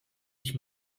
ich